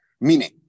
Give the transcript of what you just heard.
Meaning